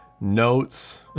notes